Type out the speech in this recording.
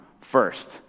first